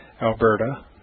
Alberta